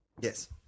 Yes